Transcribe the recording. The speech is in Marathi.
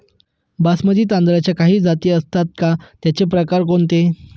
बासमती तांदळाच्या काही जाती असतात का, त्याचे प्रकार कोणते?